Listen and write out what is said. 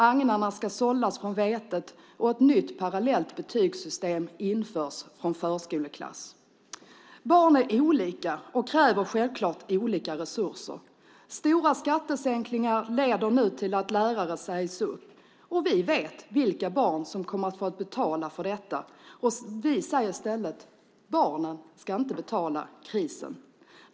Agnarna ska sållas från vetet, och ett nytt parallellt betygssystem införs från förskoleklass. Barn är olika och kräver självklart olika resurser. Stora skattesänkningar leder nu till att lärare sägs upp. Vi vet vilka barn som kommer att få betala för detta. Vi säger i stället att barnen inte ska betala krisen.